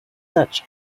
such